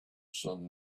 sun